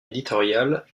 éditorial